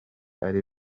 ari